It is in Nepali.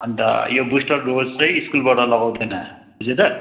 अन्त यो बुस्टर डोज चाहिँ स्कुलबाट लगाउँदैन बुझ्यो त